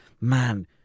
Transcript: Man